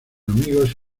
amigos